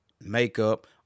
makeup